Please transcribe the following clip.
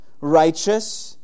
righteous